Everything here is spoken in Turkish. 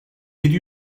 yedi